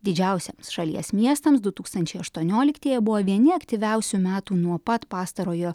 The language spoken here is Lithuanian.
didžiausiems šalies miestams du tūkstančiai aštonioliktieji buvo vieni aktyviausių metų nuo pat pastarojo